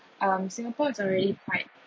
um singapore is already quite